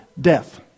death